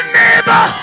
neighbor